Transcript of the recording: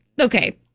Okay